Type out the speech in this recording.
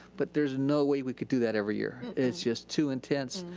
but there's no way we could do that every year. it's just too intense.